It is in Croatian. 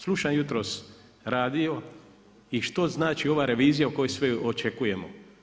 Slušam jutros radio i što znači ova revizija koju svi očekujemo?